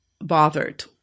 bothered